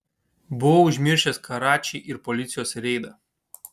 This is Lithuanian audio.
buvau užmiršęs karačį ir policijos reidą